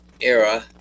era